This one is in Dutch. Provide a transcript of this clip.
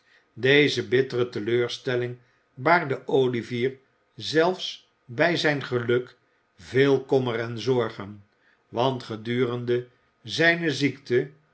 deze bittere teleurstelling baarde olivier zelfs bij zijn geluk veel kommer en zorgen want gedurende zijne ziekte